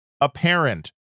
apparent